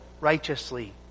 righteously